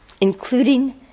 including